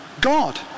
God